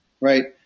Right